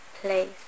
place